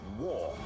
war